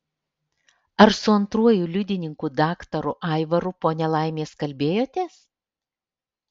ar su antruoju liudininku daktaru aivaru po nelaimės kalbėjotės